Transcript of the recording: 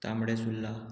तांबडे सुल्ला